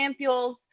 ampules